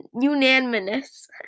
Unanimous